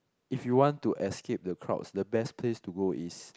if you want to escape the crowds the best place to go is